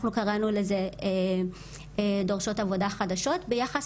אנחנו קראנו לזה דורשות עבודה חדשות ביחס